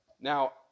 Now